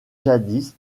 jadis